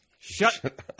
Shut